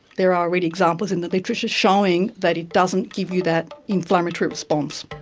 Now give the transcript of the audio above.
there are already examples in the literature showing that it doesn't give you that inflammatory response.